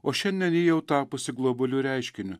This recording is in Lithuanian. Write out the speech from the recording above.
o šiandien ji jau tapusi globaliu reiškiniu